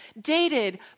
dated